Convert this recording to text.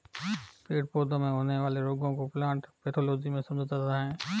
पेड़ पौधों में होने वाले रोगों को प्लांट पैथोलॉजी में समझा जाता है